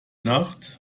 nacht